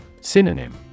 Synonym